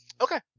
Okay